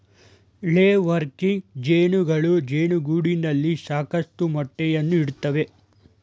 ಲೇ ವರ್ಕಿಂಗ್ ಜೇನುಗಳು ಜೇನುಗೂಡಿನಲ್ಲಿ ಸಾಕಷ್ಟು ಮೊಟ್ಟೆಯನ್ನು ಇಡುತ್ತವೆ